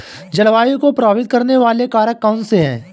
जलवायु को प्रभावित करने वाले कारक कौनसे हैं?